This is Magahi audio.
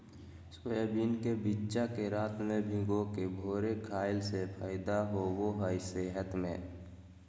सोयाबीन के बिच्चा के रात में भिगाके भोरे खईला से फायदा होबा हइ सेहत में